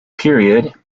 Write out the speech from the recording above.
period